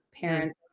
parents